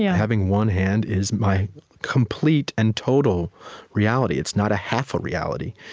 yeah having one hand is my complete and total reality. it's not a half a reality,